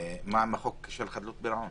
מה עם החוק של חדלות פירעון?